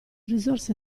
risorse